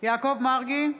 יעקב מרגי,